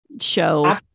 Show